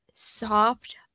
Soft